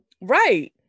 Right